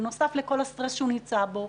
בנוסף לכל הסטרס שהוא נמצא בו,